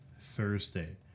Thursday